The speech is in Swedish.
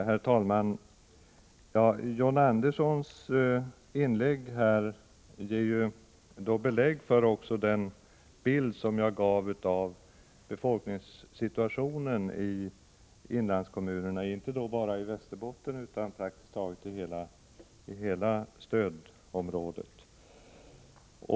Herr talman! John Anderssons inlägg ger belägg för den bild som jag gav av befolkningssituationen i inlandskommunerna, inte bara i Västerbotten utan i praktiskt taget hela stödområdet.